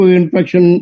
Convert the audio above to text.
infection